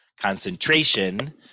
concentration